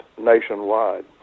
nationwide